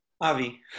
Avi